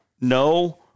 No